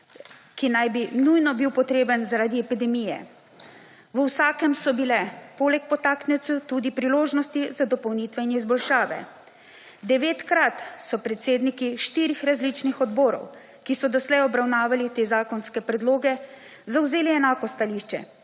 ki naj bi nujno bil potreben zaradi epidemije. V vsakem so bile poleg podtaknjencev tudi priložnosti za dopolnitve in izboljšave. Devetkrat so predsedniki štirih različnih odborov, ki so doslej obravnavali te zakonske predloge, zavzeli enako stališče: